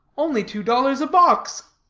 only two dollars a box.